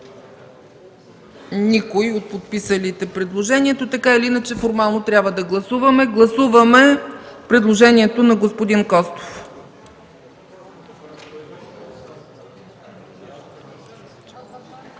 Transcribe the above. никой от подписалите предложението, така или иначе формално трябва да гласуваме. Гласуваме предложението на господин Костов.